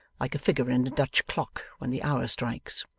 like a figure in a dutch clock when the hour strikes.